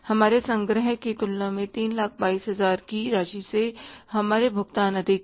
हमारे संग्रह की तुलना में 322000 की राशि से हमारे भुगतान अधिक हैं